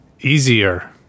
easier